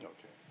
Okay